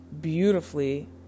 beautifully